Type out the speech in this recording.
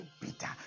bitter